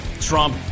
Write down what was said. Trump